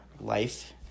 life